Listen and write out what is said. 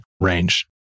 range